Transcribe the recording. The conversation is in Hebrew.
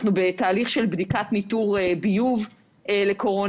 אנחנו בתהליך של בדיקת ניטור ביוב לקורונה,